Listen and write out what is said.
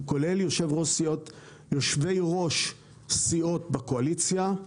כולל יושבי ראש סיעות בקואליציה.